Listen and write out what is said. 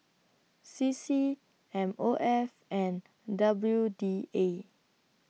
C C M O F and W D A